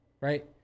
right